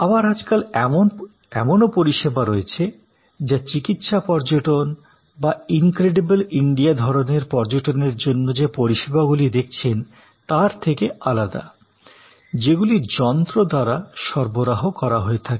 আবার আজকাল এমনও পরিষেবা রয়েছে যা চিকিৎসা পর্যটন বা ইনক্রেডিবল ইন্ডিয়া ধরণের পর্যটনের জন্য যে পরিষেবাগুলি দেখছেন তার থেকে আলাদা যেগুলি যন্ত্র দ্বারা সরবরাহ করা হয় থাকে